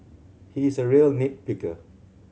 he is a real nit picker